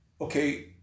okay